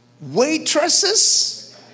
waitresses